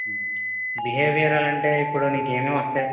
behavioural అంటే ఇప్పుడు నీకు ఏమేం వస్తాయి